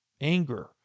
anger